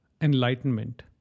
enlightenment